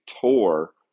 tour